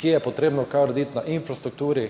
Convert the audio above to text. kje je potrebno kaj narediti na infrastrukturi.